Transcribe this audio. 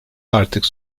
artık